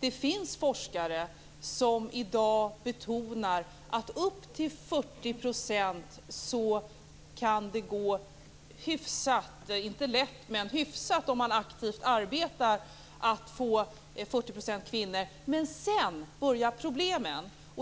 Det finns forskare som i dag betonar att det kan gå hyfsat att komma upp till 40 % kvinnor om man arbetar aktivt, men sedan börjar problemen.